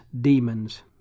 demons